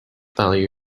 value